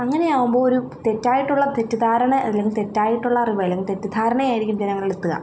അങ്ങനെ ആവുമ്പോൾ ഒരു തെറ്റായിട്ടുള്ള തെറ്റിദ്ധാരണ അല്ലെങ്കിൽ തെറ്റായിട്ടുള്ള അറിവ് അല്ലെങ്കിൽ തെറ്റിദ്ധാരണ ആയിരിക്കും ജനങ്ങളിൽ എത്തുക